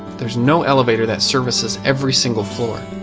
there's no elevator that services every single floor.